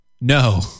No